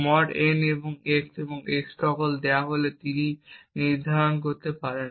mod n এবং x এবং x দেওয়া হলে তিনি নির্ধারণ করতে পারেন